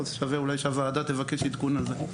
שווה אולי שהוועדה תבקש עדכון על זה.